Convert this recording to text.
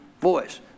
voice